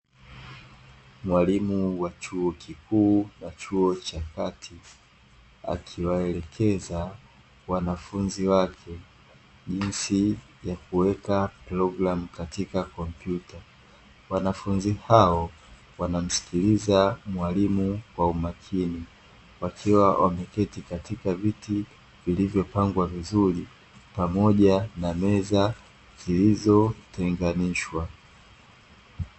Mwalimu wa chuo kikuu na chuo cha kati akiwaelekeza wanafunzi wake jinsi ya kuweka programu katika kompyuta. Wanafunzi hao wanamsikiliza mwalimu kwa umakini, wakiwa wameketi katika viti vilivyopangwa vizuri pamoja na meza zilizotenganishwa.